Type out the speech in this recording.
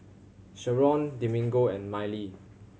Sheron Domingo and Mylee